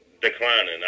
declining